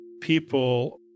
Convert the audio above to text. people